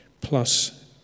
plus